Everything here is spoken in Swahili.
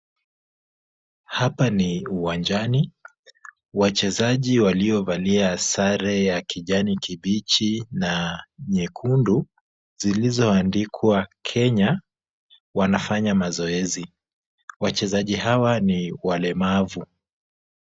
Hapa ni uwanjani. Wachezaji waliovalia sare ya kijani kibichi na nyekundu zilizoandikwa Kenya wanafanya mazoezi. Wachezaji hawa ni walemavu.